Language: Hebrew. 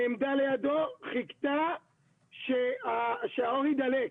נעמדה לידו, חיכתה שהאור יידלק.